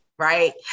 Right